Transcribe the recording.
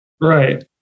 Right